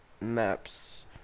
Maps